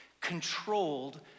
controlled